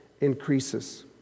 increases